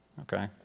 okay